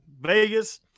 Vegas